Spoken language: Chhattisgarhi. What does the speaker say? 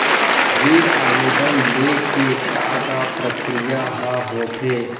ऋण आवेदन ले के का का प्रक्रिया ह होथे?